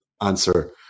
answer